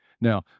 Now